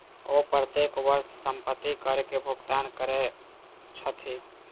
ओ प्रत्येक वर्ष संपत्ति कर के भुगतान करै छथि